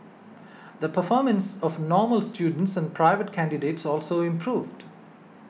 the performance of normal students and private candidates also improved